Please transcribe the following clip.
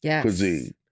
cuisine